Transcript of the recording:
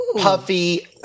puffy